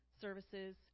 services